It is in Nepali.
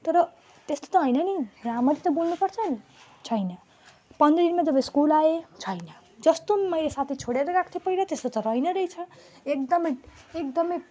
तर त्यस्तो त होइन नि राम्ररी त बोल्नु पर्छ नि छैन पन्ध्र दिनमा जब स्कुल आएँ छैन जस्तो मैले साथी छोडेर गएको थिएँ पहिला त्यस्तो त रहेन रहेछ एकदमै एकदमै